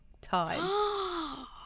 time